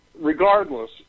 regardless